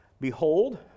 Behold